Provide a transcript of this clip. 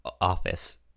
Office